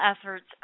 efforts